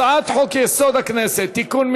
הצעת חוק-יסוד: הכנסת (תיקון,